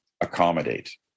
accommodate